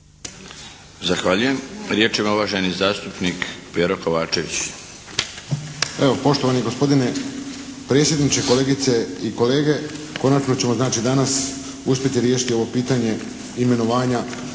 Zahvaljujem. Riječ ima uvaženi zastupnik Pero Kovačević. **Kovačević, Pero (HSP)** Evo poštovani gospodine predsjedniče, kolegice i kolege. Konačno ćemo znači danas uspjeti riješiti ovo pitanje imenovanja